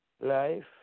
life